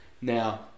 Now